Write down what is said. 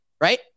right